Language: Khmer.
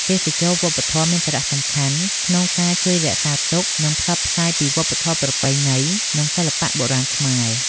ទេសចរណ៍វប្បធម៌មានសារៈសំខាន់ក្នុងការជួយរក្សាទុក និងផ្សព្វផ្សាយពីវប្បធម៌ប្រពៃណី និងសិល្បៈបុរាណខ្មែរ។